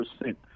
percent